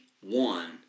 one